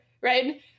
right